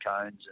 cones